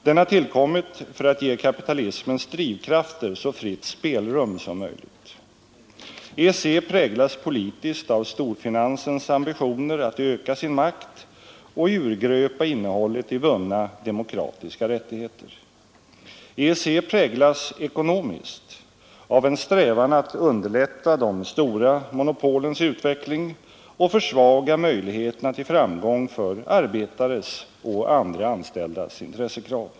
Den har tillkommit för att ge kapitalismens las politiskt av storfinansens ambitioner att öka sin makt och urgröpa innehållet i vunna demokratiska rättigheter. EEC präglas ekonomiskt av en strävan att drivkrafter så fritt spelrum som möjligt. EEC p underlätta de stora monopolens utveckling och försvaga möjligheterna till framgång för arbetares och andra anställdas intressekrav.